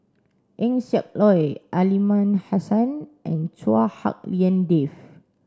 Eng Siak Loy Aliman Hassan and Chua Hak Lien Dave